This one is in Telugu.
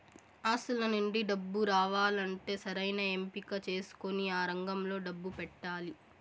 ఆస్తుల నుండి డబ్బు రావాలంటే సరైన ఎంపిక చేసుకొని ఆ రంగంలో డబ్బు పెట్టాలి